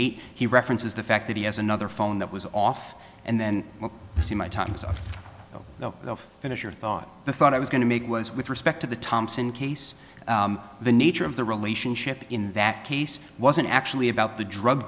eight he references the fact that he has another phone that was off and then you see my times of the finish your thought the thought i was going to make was with respect to the thompson case the nature of the relationship in that case wasn't actually about the drug